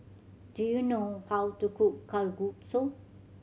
do you know how to cook Kalguksu